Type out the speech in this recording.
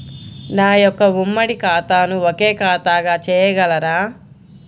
నా యొక్క ఉమ్మడి ఖాతాను ఒకే ఖాతాగా చేయగలరా?